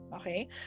Okay